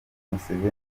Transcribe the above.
museveni